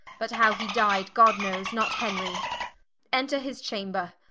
but how he dyed, god knowes, not henry enter his chamber,